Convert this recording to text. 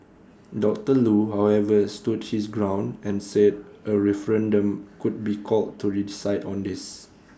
doctor Loo however stood his ground and said A referendum could be called to decide on this